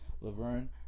Laverne